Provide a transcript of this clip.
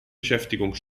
beschäftigung